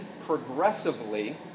progressively